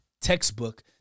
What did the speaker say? textbook